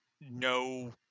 no